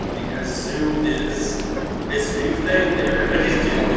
because zoom is this new thing that everybody's doing.